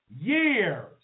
years